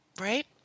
Right